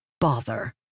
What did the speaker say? Bother